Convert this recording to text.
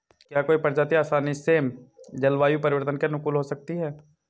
क्या कोई प्रजाति आसानी से जलवायु परिवर्तन के अनुकूल हो सकती है?